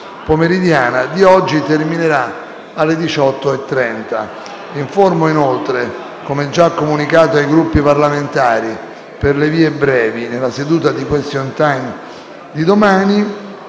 pomeridiana di oggi terminerà alle ore 18,30. Informo inoltre, come già comunicato ai Gruppi parlamentari per le vie brevi, che nella seduta di question time di domani